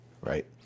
right